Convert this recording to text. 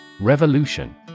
Revolution